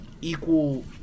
equal